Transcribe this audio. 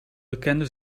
bekende